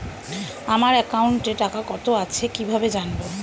আমার একাউন্টে টাকা কত আছে কি ভাবে জানবো?